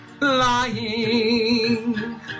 lying